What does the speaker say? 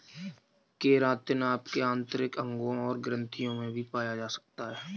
keratin आपके आंतरिक अंगों और ग्रंथियों में भी पाया जा सकता है